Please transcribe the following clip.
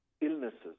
illnesses